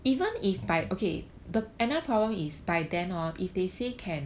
okay